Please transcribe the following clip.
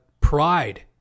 pride